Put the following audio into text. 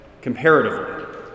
comparatively